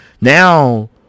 Now